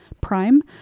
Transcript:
Prime